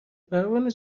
پروانه